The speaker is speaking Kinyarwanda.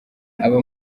aba